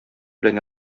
белән